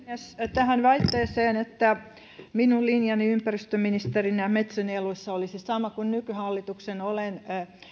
tähän väitteeseen että minun linjani ympäristöministerinä metsänieluissa olisi ollut sama kuin nykyhallituksen olen